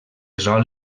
sol